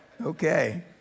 Okay